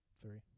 Three